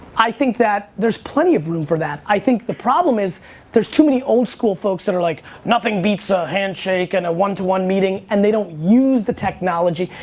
i think that there's plenty of room for that. i think the problem is there's too many old school folks that are like, nothing beats the so hand shake and one to one meeting. and they don't use the technology,